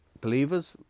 believers